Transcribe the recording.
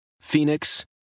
Phoenix